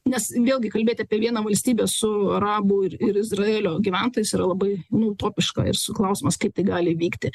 nes vėlgi kalbėt apie vieną valstybę su arabų ir ir izraelio gyventojais yra labai nu utopiška ir su klausimas kaip tai gali įvykti